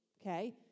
Okay